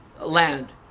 land